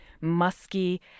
musky